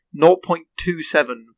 0.27